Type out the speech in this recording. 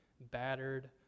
battered